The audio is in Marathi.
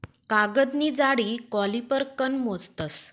कागदनी जाडी कॉलिपर कन मोजतस